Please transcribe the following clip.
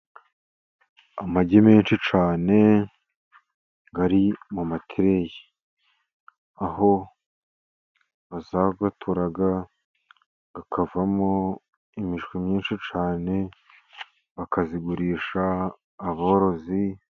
Amagi menshi cyane ari mu matireyi, aho bazayaturaga akavamo imishwi myinshi cyane bakayigurisha aborozi.